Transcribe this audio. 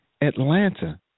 Atlanta